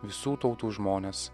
visų tautų žmones